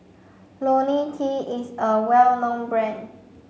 Ionil T is a well known brand